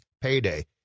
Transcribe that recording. payday